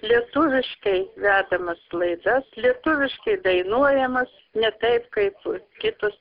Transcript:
lietuviškai vedamas laidas lietuviškai dainuojamas ne taip kaip kitos